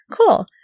Cool